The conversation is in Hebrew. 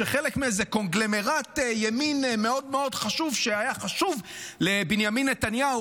חלק מאיזה קונגלומרט ימין מאוד מאוד חשוב שהיה חשוב לבנימין נתניהו,